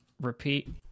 Repeat